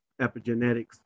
epigenetics